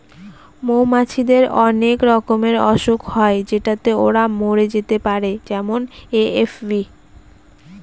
মৌমাছিদের অনেক রকমের অসুখ হয় যেটাতে ওরা মরে যেতে পারে যেমন এ.এফ.বি